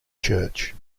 church